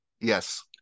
Yes